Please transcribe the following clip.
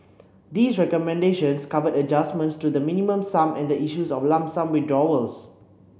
these recommendations cover adjustments to the Minimum Sum and the issue of lump sum withdrawals